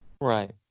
Right